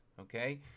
okay